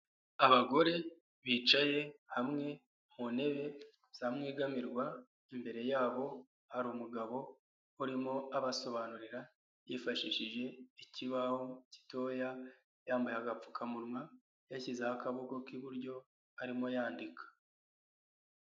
Abagore bicaye hamwe mu ntebe zamwegamirwa, imbere yabo hari umugabo urimo abasobanurira yifashishije ikibaho gitoya, yambaye agapfukamunwa yashyizeho akaboko k'iburyo arimo yandika.